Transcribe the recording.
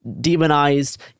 demonized